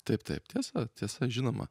taip taip tiesa tiesa žinoma